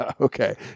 okay